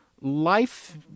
life